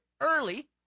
early